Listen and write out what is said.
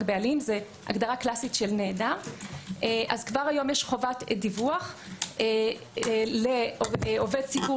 בעלים זו הגדרה קלאסית של נעדר כבר היום יש חובת דיווח לעובד ציבור